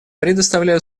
предоставляю